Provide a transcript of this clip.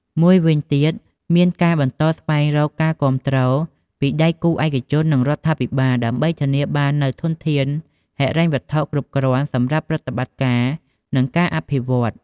មួយវិញទៀតមានការបន្តស្វែងរកការគាំទ្រពីដៃគូឯកជន និងរដ្ឋាភិបាល ដើម្បីធានាបាននូវធនធានហិរញ្ញវត្ថុគ្រប់គ្រាន់សម្រាប់ប្រតិបត្តិការ និងការអភិវឌ្ឍន៍។